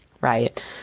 right